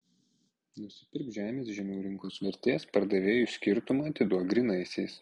nusipirk žemės žemiau rinkos vertės pardavėjui skirtumą atiduok grynaisiais